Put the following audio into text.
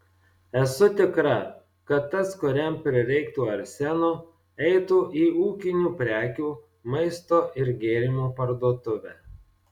esu tikra kad tas kuriam prireiktų arseno eitų į ūkinių prekių maisto ir gėrimų parduotuvę